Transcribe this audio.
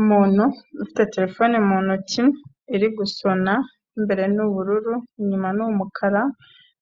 Umuntu ufite terefone mu ntoki iri guso, imbere ni ubururu inyuma ni umukara.